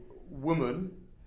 woman